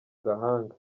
gahanga